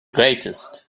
greatest